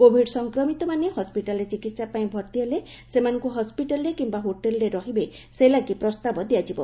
Covid ସଂକ୍ରମିତମାନେ ହସିଟାଲରେ ଚିକିସା ପାଇଁ ଭର୍ତ୍ତି ହେଲେ ସେମାନଙ୍ଙ୍ ହସିଟାଲରେ କିମ୍ଘା ହୋଟେଲରେ ରହିବେ ସେ ଲାଗି ପ୍ରସ୍ତାବ ଦିଆଯିବ